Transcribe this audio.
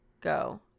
go